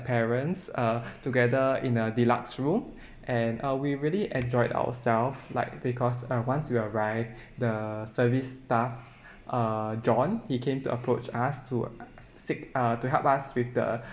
parents uh together in a deluxe room and uh we really enjoyed ourselves like because at once we arrived the service staff uh john he came to approach us to seek uh to help us with the